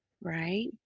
right